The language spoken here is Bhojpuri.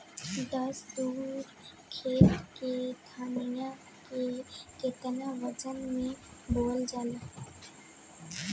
दस धुर खेत में धनिया के केतना वजन मे बोवल जाला?